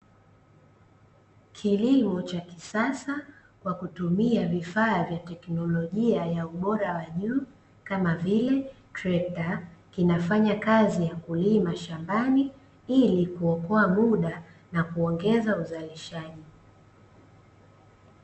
Kilimo cha kisasa kwa kutumia vifaa vya tekinolojia ya ubora wa juu kama vile trekta, kina fanya kazi ya kulima shambani ili kuokoa muda na kuongeza uzalishaji.